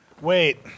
Wait